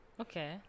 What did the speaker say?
Okay